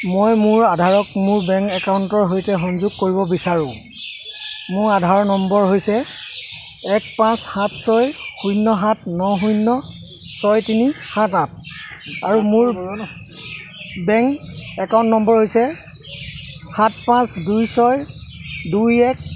মই মোৰ আধাৰক মোৰ বেংক একাউণ্টৰ সৈতে সংযোগ কৰিব বিচাৰোঁ মোৰ আধাৰৰ নম্বৰ হৈছে এক পাঁচ সাত ছয় ন শূন্য ছয় তিনি সাত আঠ আৰু মোৰ বেংক একাউণ্ট নম্বৰ হৈছে সাত পাঁচ দুই ছয় দুই এক